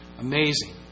Amazing